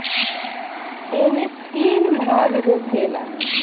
ऐइमे तीन भाग होखेला